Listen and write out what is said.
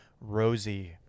ROSIE